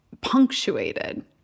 punctuated